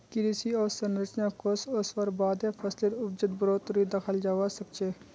कृषि अवसंरचना कोष ओसवार बादे फसलेर उपजत बढ़ोतरी दखाल जबा सखछे